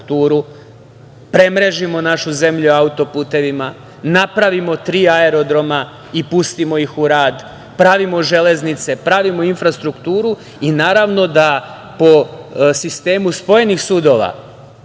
premrežimo našu zemlju autoputevima, napravimo tri aerodroma i pustimo ih u rad, pravimo železnice, pravimo infrastrukturu i naravno da po sistemuspojenih sudova